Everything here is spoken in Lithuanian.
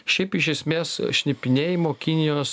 šiaip iš esmės šnipinėjimo kinijos